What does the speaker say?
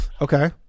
Okay